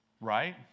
Right